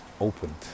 opened